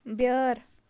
بیٲر